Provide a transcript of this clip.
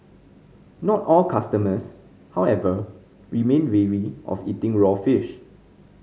not all customers however remain wary of eating raw fish